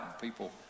people